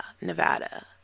Nevada